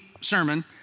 sermon